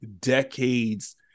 decades